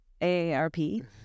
AARP